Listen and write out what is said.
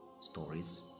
stories